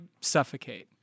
suffocate